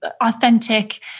authentic